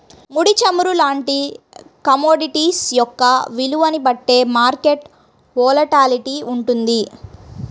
ముడి చమురు లాంటి కమోడిటీస్ యొక్క విలువని బట్టే మార్కెట్ వోలటాలిటీ వుంటది